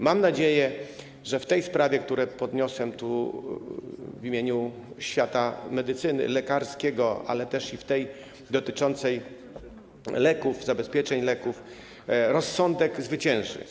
Mam nadzieję, że w tej sprawie, którą podniosłem tu w imieniu świata medycyny, lekarskiego, ale też w tej sprawie dotyczącej zabezpieczeń leków, rozsądek zwycięży.